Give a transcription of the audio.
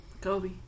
Kobe